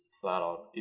flat-out